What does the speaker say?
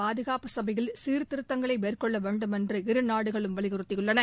பாதுகாப்பு சபையில் சீர்திருத்தங்களை மேற்கொள்ள வேண்டுமென்று இருநாடுகளும் வலியுறுத்தியுள்ளன